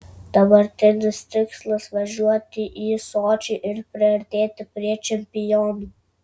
dabartinis tikslas važiuoti į sočį ir priartėti prie čempionų